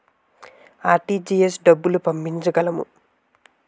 RTGS డబ్బులు పంపించగలము?